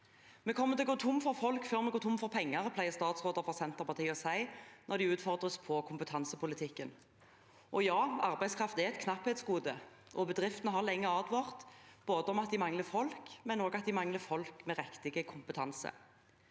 Vi kommer til å gå tomme for folk før vi går tomme for penger, pleier statsråder fra Senterpartiet å si når de utfordres på kompetansepolitikken. Ja, arbeidskraft er et knapphetsgode, og bedriftene har lenge advart, både om at de mangler folk, og om at de mangler folk med riktig kompetanse.